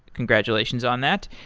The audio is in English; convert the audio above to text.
congratulations on that.